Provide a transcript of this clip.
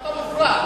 אתה חוצפן.